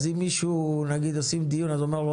אז עם נגיד עושים דיון, אז מישהו אומר: